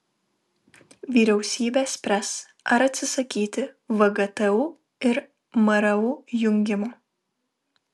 vyriausybė spręs ar atsisakyti vgtu ir mru jungimo